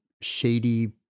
shady